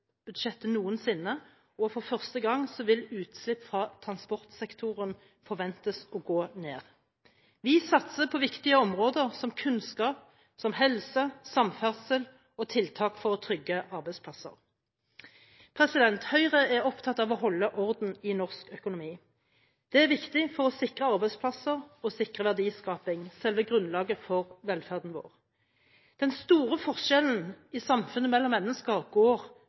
miljøbudsjettet noensinne, og for første gang vil utslipp fra transportsektoren forventes å gå ned. Vi satser på viktige områder som kunnskap, helse, samferdsel og tiltak for å trygge arbeidsplasser. Høyre er opptatt av å holde orden i norsk økonomi. Det er viktig for å sikre arbeidsplasser og sikre verdiskaping, selve grunnlaget for velferden vår. Den store forskjellen i samfunnet mellom mennesker går